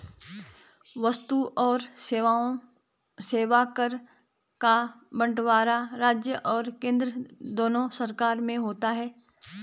वस्तु और सेवा कर का बंटवारा राज्य और केंद्र दोनों सरकार में होता है